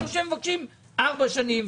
אבל הם מבקשים ארבע שנים,